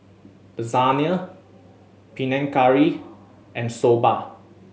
Lasagne Panang Curry and Soba